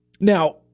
Now